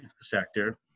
sector